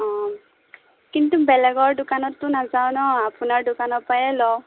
অঁ কিন্তু বেলেগৰ দোকানতটো নাযাওঁ ন' আপোনাৰ দোকানৰ পৰাই লওঁ